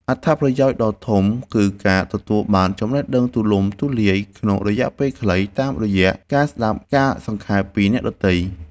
អត្ថប្រយោជន៍ដ៏ធំគឺការទទួលបានចំណេះដឹងទូលំទូលាយក្នុងរយៈពេលខ្លី តាមរយៈការស្ដាប់ការសង្ខេបពីអ្នកដទៃ។